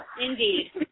Indeed